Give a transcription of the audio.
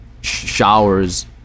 showers